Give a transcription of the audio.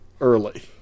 early